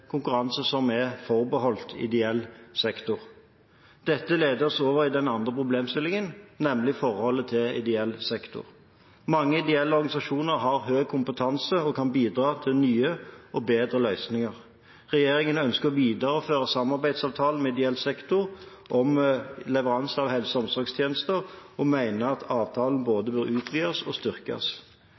konkurranse som er forbeholdt ideell sektor. Dette leder oss over til den andre problemstillingen, nemlig forholdet til ideell sektor. Mange ideelle organisasjoner har høy kompetanse og kan bidra til nye og bedre løsninger. Regjeringen ønsker å videreføre samarbeidsavtalen med ideell sektor om leveranser av helse- og omsorgstjenester og mener at avtalen både bør utvides og styrkes.